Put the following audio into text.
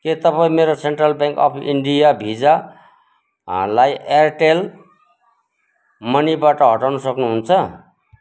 के तपाईँ मेरो सेन्ट्रल ब्याङ्क अब् इन्डिया भिसालाई एयरटेल मनीबाट हटाउन सक्नुहुन्छ